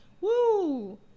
woo